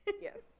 Yes